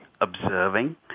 observing